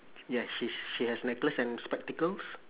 yes she's she has necklace and spectacles